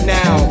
now